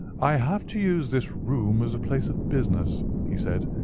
i have to use this room as a place of business, he said,